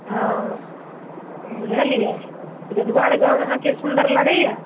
हँ बुझलियै जजुआर गाँव अहाँकेँ सुंदर लगैया